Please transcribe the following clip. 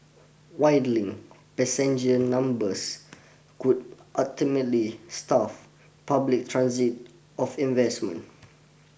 dwindling passenger numbers could ultimately starve public transit of investment